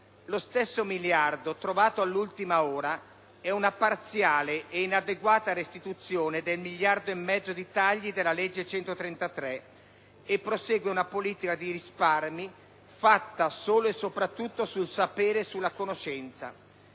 Il miliardo trovato all'ultima ora è una parziale e inadeguata restituzione del miliardo e mezzo di tagli operati dalla legge n. 133 del 2008 e prosegue una politica di risparmi fatta solo e soprattutto sul sapere e sulla conoscenza.